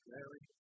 Larry